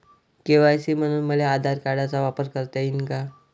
KYC म्हनून मले आधार कार्डाचा वापर करता येईन का?